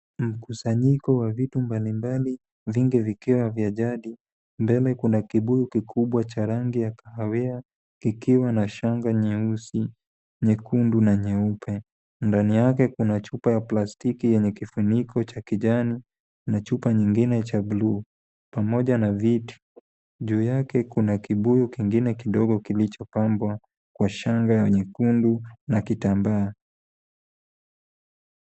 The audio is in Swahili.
Mkusanyiko wa vitu mbalimbali vingi vikiwa vya jadi. Mbele kuna kibuyu kikubwa cha rangi ya kahawia kikiwa na shanga nyeusi, nyekundu na nyeupe. Ndani yake kuna chupa ya plastiki yenye kifuniko cha kijani na chupa nyingine cha bluu pamoja na viti. Juu yake kuna kibuyu kingine kidogo kilichopambwa kwa shanga ya nyekundu na kitambaa.